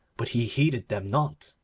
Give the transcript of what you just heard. but he heeded them not.